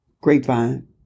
grapevine